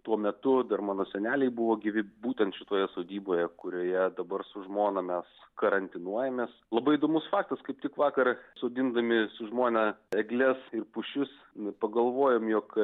tuo metu dar mano seneliai buvo gyvi būtent šitoje sodyboje kurioje dabar su žmona mes karantinuojamės labai įdomus faktas kaip tik vakar sodindami su žmona egles ir pušis pagalvojom jog